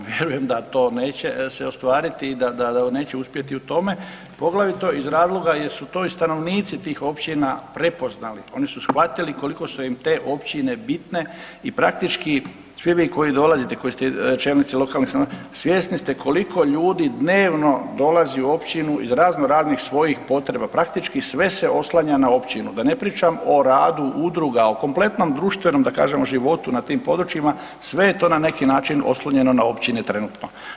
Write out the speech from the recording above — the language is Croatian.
Ovaj, no vjerujem da to neće se ostvariti i da, da neće uspjeti u tome poglavito iz razloga jer su to i stanovnici tih općina prepoznali, oni su shvatili koliko su im te općine bitne i praktički svi vi koji dolazite, koji ste čelnici lokalnih samouprava, svjesni ste koliko ljudi dnevno dolazi u općinu iz razno raznih svojih potreba, praktički sve se oslanja na općinu, da ne pričam o radu udruga, o kompletnom društvenom da kažemo životu na tim područjima, sve je to na neki način oslonjeno na općine trenutno.